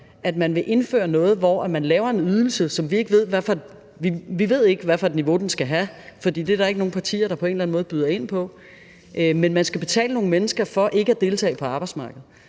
at man vil indføre noget, hvor man laver en ydelse, og vi ved ikke, hvad for et niveau den skal have, for det er der ikke nogen partier, der byder ind med, hvor man betaler nogle mennesker for ikke at deltage på arbejdsmarkedet.